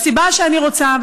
והסיבה שאני רוצה,